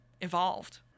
evolved